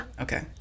Okay